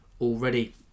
already